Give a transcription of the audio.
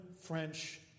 French